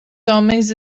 homens